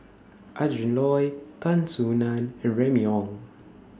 Adrin Loi Tan Soo NAN and Remy Ong